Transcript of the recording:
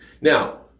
Now